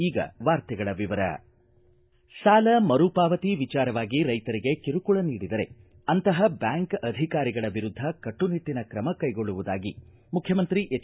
ಈಗ ವಾರ್ತೆಗಳ ವಿವರ ಸಾಲ ಮರು ಪಾವತಿ ವಿಚಾರವಾಗಿ ರೈತರಿಗೆ ಕಿರುಕುಳ ನೀಡಿದರೆ ಅಂತಪ ಬ್ಯಾಂಕ್ ಅಧಿಕಾರಿಗಳ ವಿರುದ್ದ ಕಟ್ಟುನಿಟ್ಟನ ಕ್ರಮ ಕೈಗೊಳ್ಳುವುದಾಗಿ ಮುಖ್ಯಮಂತ್ರಿ ಎಚ್